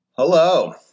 Hello